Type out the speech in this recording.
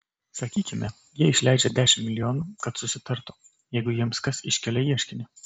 sakykime jie išleidžia dešimt milijonų kad susitartų jeigu jiems kas iškelia ieškinį